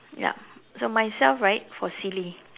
ya so myself right for silly